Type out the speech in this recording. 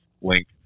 link